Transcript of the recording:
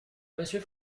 monsieur